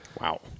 Wow